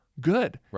Good